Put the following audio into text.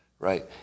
Right